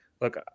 look